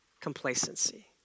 Complacency